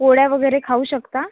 पोळ्या वगैरे खाऊ शकता